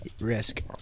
Risk